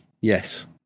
yes